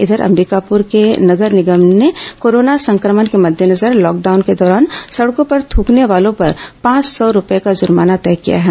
उधर अंबिकापुर में नगर निगम ने कोरोना संक्रमण के मद्देनजर लॉकडाउन के दौरान सड़कों पर थ्रकने वालों पर पांच सौ रूपये का जुर्माना तय किया है